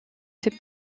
ses